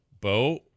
Bo